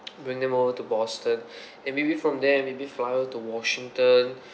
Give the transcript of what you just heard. bring them all to boston and maybe from there maybe flyover to washington